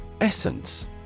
Essence